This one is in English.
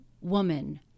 woman